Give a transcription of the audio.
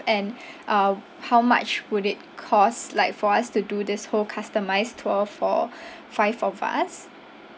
and uh how much would it cost like for us to do this whole customised tour for five of us